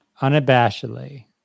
unabashedly